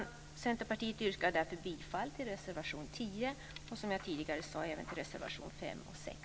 Vi i Centerpartiet yrkar därför bifall till reservation 10 och som jag tidigare sade även till reservationerna 5 och 6.